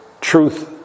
truth